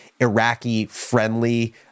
Iraqi-friendly